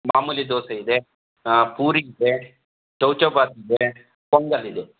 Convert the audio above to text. ಮಾಮೂಲಿ ದೋಸೆ ಇದೆ ಪೂರಿ ಇದೆ ಚೌಚೌಭಾತ್ ಇದೆ ಪೊಂಗಲ್ ಇದೆ